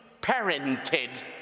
parented